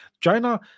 China